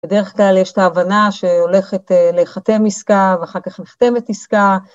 בדרך כלל יש את ההבנה שהולכת להיחתם עסקה ואחר כך ניחתמת עסקה.